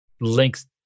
links